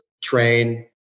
train